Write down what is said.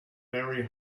very